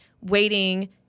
waiting